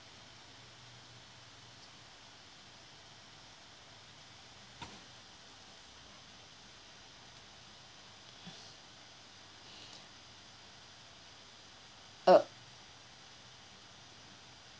uh